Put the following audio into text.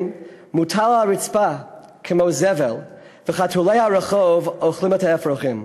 מוטל על הרצפה כמו זבל וחתולי הרחוב אוכלים את האפרוחים.